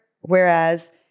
Whereas